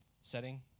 setting